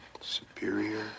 Superior